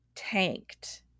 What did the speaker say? tanked